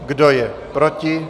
Kdo je proti?